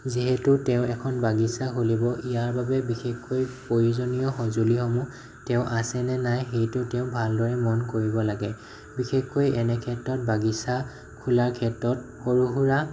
যিহেতু তেওঁ এখন বাগিছা খুলিব ইয়াৰ বাবে বিশেষকৈ প্ৰয়োজনীয় সজুঁলিসমূহ তেওঁৰ আছে নে নাই সেইটো ভালদৰে মন কৰিব লাগে বিশেষকৈ এনেক্ষেত্ৰত বাগিছা খোলাৰ ক্ষেত্ৰত সৰু সুৰা